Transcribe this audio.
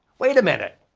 wait a minute,